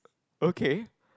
okay